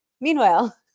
meanwhile